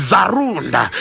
Zarunda